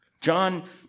John